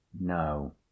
no